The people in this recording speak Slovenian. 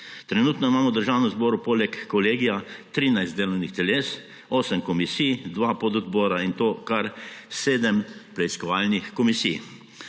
Trenutno imamo v Državnem zboru poleg Kolegija 13 delovnih teles, 8 komisij, 2 pododbora, in to kar 7 preiskovalnih komisij.